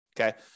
okay